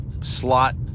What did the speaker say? slot